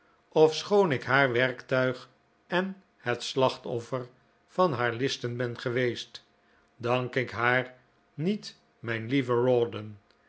ofschoon ik haar werktuig en het slachtoffer van haar listen ben geweest dank ik haar niet mijn lieven